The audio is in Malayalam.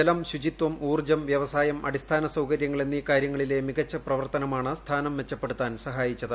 ജലം ശുചിത്വം ഊർജം വ്യവസായം അടിസ്ഥാന സൌകര്യങ്ങൾ എന്നീ കാര്യങ്ങളിലെ മികച്ച പ്രവർത്തനമാണ് സ്ഥാനം മെച്ചപ്പെടുത്താൻ സഹായിച്ചത്